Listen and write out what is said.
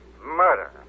murder